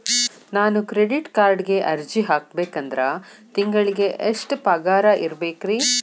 ನಾನು ಕ್ರೆಡಿಟ್ ಕಾರ್ಡ್ಗೆ ಅರ್ಜಿ ಹಾಕ್ಬೇಕಂದ್ರ ತಿಂಗಳಿಗೆ ಎಷ್ಟ ಪಗಾರ್ ಇರ್ಬೆಕ್ರಿ?